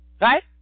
Right